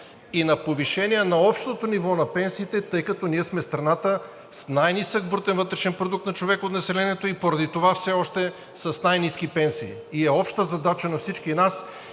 и на повишение на общото ниво на пенсиите, тъй като ние сме страната с най-нисък брутен вътрешен продукт на човек от населението и поради това все още с най-ниски пенсии. И е обща задача на всички нас